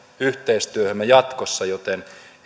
yhteistyöhömme jatkossa joten